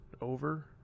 over